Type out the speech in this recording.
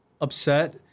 upset